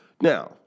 now